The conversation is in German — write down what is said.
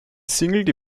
single